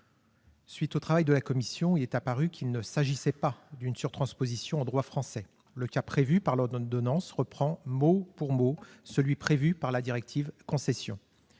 suite du travail de la commission spéciale, il est apparu qu'il ne s'agissait pas d'une surtransposition en droit français : le cas visé par l'ordonnance reprend mot pour mot celui qui est prévu par la directive Concession.